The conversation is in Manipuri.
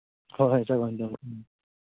ꯍꯣꯏ ꯍꯣꯏ ꯎꯝ